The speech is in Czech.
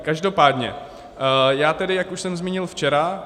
Každopádně já tedy, jak už jsem zmínil včera